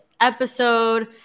episode